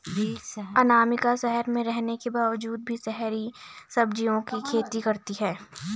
अनामिका शहर में रहने के बावजूद भी शहरी सब्जियों की खेती करती है